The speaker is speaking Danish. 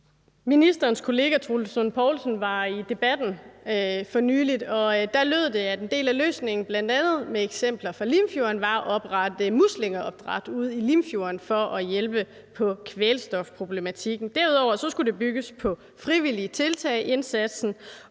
Ministerens kollega Troels Lund Poulsen var i Debatten for nylig, og der lød det, at en del af løsningen, bl.a. med eksempler fra Limfjorden, var at oprette muslingeopdræt ude i Limfjorden for at hjælpe i forhold til kvælstofproblematikken. Derudover skulle indsatsen bygges på frivillige tiltag, og